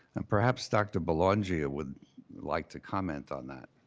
and perhaps dr. belongia would like to comment on that?